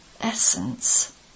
Essence